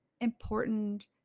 important